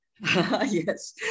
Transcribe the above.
Yes